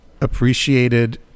appreciated